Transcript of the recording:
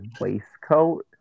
waistcoat